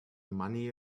money